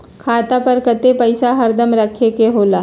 खाता पर कतेक पैसा हरदम रखखे के होला?